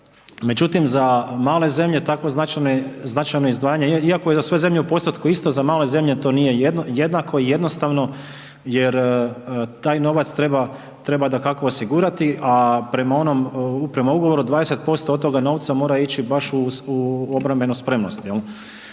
međutim, za male zemlje, tako značajna izdvajanja, iako je za sve zemlje u postupku isto, za male zemlje to nije jednako i jednostavno, jer taj novac treba dakako osigurati, a prema onom ugovoru, 20% od toga novca, mora ići baš u obrambenu spremnost.